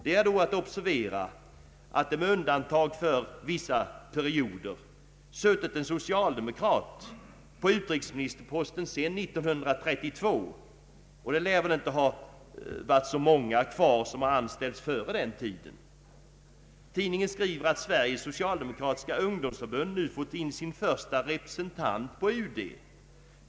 Det är då att observera att det, med undantag för vissa perioder, suttit en socialdemokrat på utrikesministerposten sedan 1932 — och det lär väl inte vara så många kvar som anställts före den tiden. Tidningen skriver att Sveriges socialdemokratiska ungdomsförbund nu fått in sin första representant på UD.